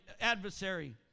adversary